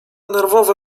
nerwowe